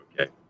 Okay